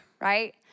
right